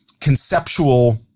conceptual